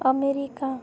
America